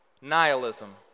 nihilism